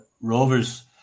rovers